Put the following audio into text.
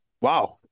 Wow